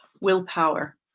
willpower